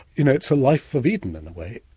you know it's a life of eden, in a way,